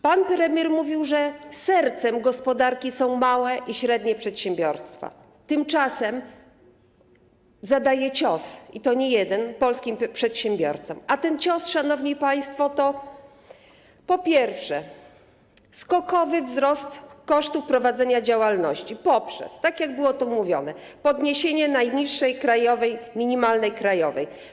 Pan premier mówił, że sercem gospodarki są małe i średnie przedsiębiorstwa, tymczasem zadaje cios, i to nie jeden, polskim przedsiębiorcom, a ten cios, szanowni państwo, to, po pierwsze, skokowy wzrost kosztów prowadzenia działalności poprzez, tak jak tu mówiono, podniesienie najniższej krajowej, minimalnej krajowej.